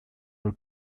are